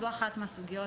זו אחת מהסוגיות,